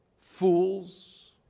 fools